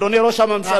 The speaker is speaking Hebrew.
אדוני ראש הממשלה,